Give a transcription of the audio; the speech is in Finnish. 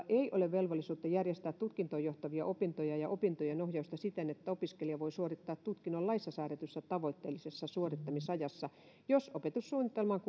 ei ole velvollisuutta järjestää tutkintoon johtavia opintoja ja opintojen ohjausta siten että opiskelija voi suorittaa tutkinnon laissa säädetyssä tavoitteellisessa suorittamisajassa jos opetussuunnitelmaan